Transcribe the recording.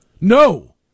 No